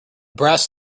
brass